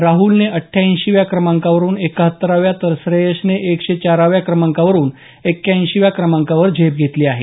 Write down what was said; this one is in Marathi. राहुलने अट्ट्याऐंशीव्या क्रमांकावरून एक्काहत्तराव्या तर श्रेयस एकशे चाराव्या क्रमांकावरून एक्क्याऐशीव्या क्रमांकावर झेप घेतली आहे